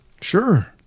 Sure